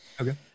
Okay